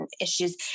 issues